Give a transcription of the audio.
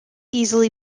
easily